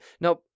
now